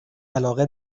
علاقه